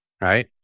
Right